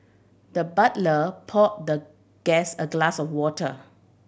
the butler poured the guest a glass of water